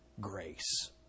grace